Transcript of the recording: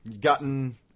Gotten